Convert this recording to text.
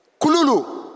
Kululu